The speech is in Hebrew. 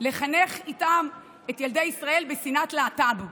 לחנך בהם את ילדי ישראל בשנאת להט"ב.